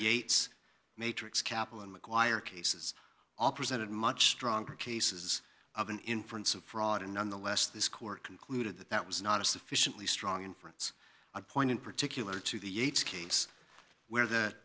eights matrix kaplan mcquire cases all presented much stronger cases of an inference of fraud and nonetheless this court concluded that that was not a sufficiently strong inference a point in particular to the yates case where th